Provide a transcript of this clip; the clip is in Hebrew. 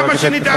למה שנדאג להם?